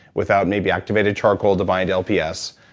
without may be activated charcoal to bind lps,